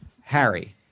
Harry